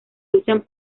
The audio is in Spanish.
luchan